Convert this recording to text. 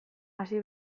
hasi